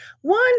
One